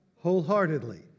wholeheartedly